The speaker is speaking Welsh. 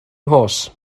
nghoes